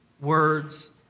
words